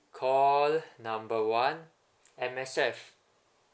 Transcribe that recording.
call number one M_S_F